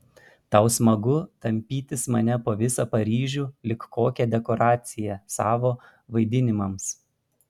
tau smagu tampytis mane po visą paryžių lyg kokią dekoraciją savo vaidinimams